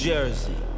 Jersey